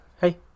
hey